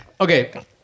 Okay